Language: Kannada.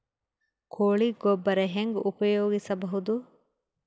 ಕೊಳಿ ಗೊಬ್ಬರ ಹೆಂಗ್ ಉಪಯೋಗಸಬಹುದು?